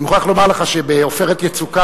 אני מוכרח לומר לך שב"עופרת יצוקה",